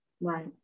Right